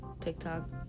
TikTok